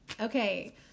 Okay